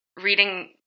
reading